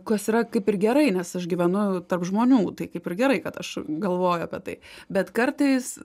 kas yra kaip ir gerai nes aš gyvenu tarp žmonių tai kaip ir gerai kad aš galvoju apie tai bet kartais